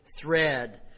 thread